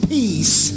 peace